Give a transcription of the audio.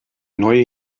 neue